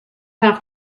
have